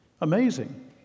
Amazing